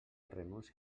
renuncia